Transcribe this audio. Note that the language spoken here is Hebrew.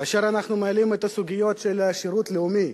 כאשר אנחנו מעלים את הסוגיות של שירות לאומי,